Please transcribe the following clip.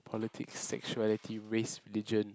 politics sexuality race religion